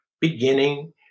beginning